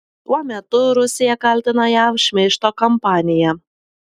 tuo metu rusija kaltina jav šmeižto kampanija